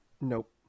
nope